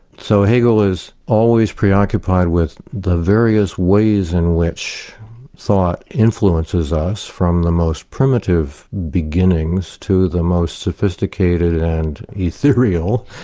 so hegel is always preoccupied with the various ways in which thought influences us from the most primitive beginnings to the most sophisticated and ethereal,